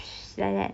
like that